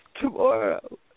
tomorrow